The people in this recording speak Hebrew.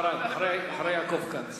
חבר הכנסת כץ,